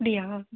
அப்படியா